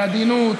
בעדינות,